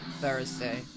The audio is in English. Thursday